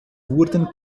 wurden